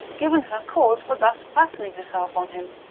given her cause for thus fastening herself on him.